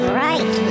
right